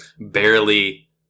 barely